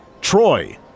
Troy